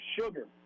sugar